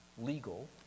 legal